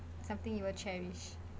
something you will cherish